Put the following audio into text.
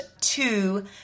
two